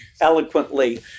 eloquently